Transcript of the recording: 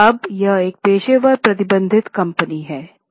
अब यह एक पेशेवर प्रबंधित कंपनी थी